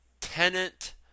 tenant